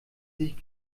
sich